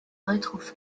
retrouvent